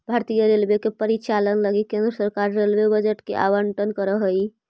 भारतीय रेलवे के परिचालन लगी केंद्र सरकार रेलवे बजट के आवंटन करऽ हई